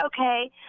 okay